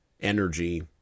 energy